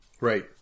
Right